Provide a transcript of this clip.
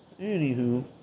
Anywho